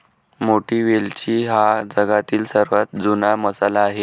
मोठी वेलची हा जगातील सर्वात जुना मसाला आहे